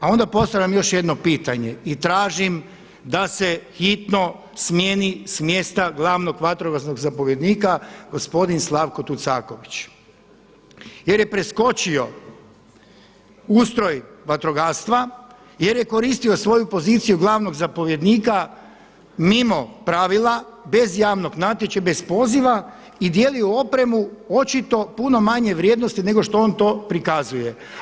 A onda postavljam još jedno pitanje i tražim da se hitno smijeni s mjesta glavnog vatrogasnog zapovjednika gospodin Slavko Tucaković jer je preskočio ustroj vatrogastva, jer je koristio svoju poziciju glavnog zapovjednika mimo pravila, bez javnog natječaja, bez poziva i dijelio opremu očito puno manje vrijednosti nego što on to prikazuje.